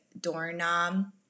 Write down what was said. doorknob